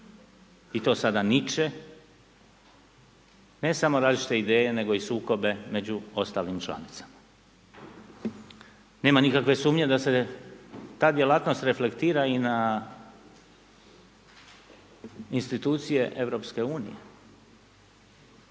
i to sada niče, ne samo različite ideje, nego i sukobe među ostalim članicama. Nema nikakve sumnje da se ta djelatnost reflektira i na institucije EU. Danas je